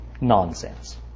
Nonsense